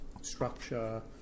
structure